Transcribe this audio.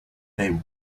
they